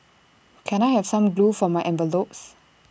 can I have some glue for my envelopes